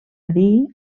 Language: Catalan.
dir